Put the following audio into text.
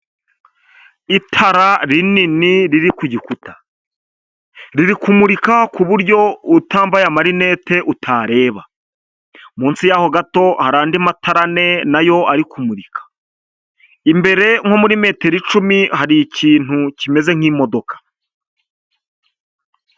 Itara rinini riri ku gikuta, riri kumurika ku buryo utambaye amarinete utareba, munsi yaho gato hari andi matara ane nayo ari kumurika, imbere nko muri metero icumi hari ikintu kimeze nk'imodoka.